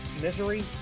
Misery